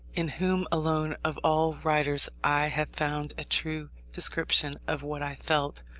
in whom alone of all writers i have found a true description of what i felt,